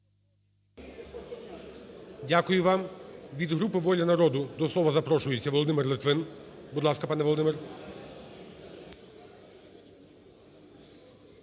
Дякую вам. Від групи "Воля народу" до слова запрошується Володимир Литвин. Будь ласка, пане Володимире.